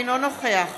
אינו נוכח